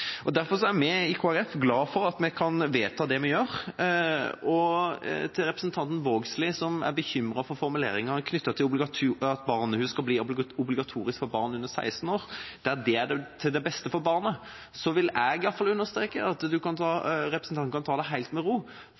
rettssikkerhet. Derfor er vi i Kristelig Folkeparti glad for at vi kan vedta det vi gjør. Og til representanten Vågslid, som er bekymret for formuleringene knyttet til at barnehus skal bli obligatorisk for barn under 16 år der det er til det beste for barnet, vil i alle fall jeg understreke at representanten kan ta det helt med ro,